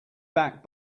back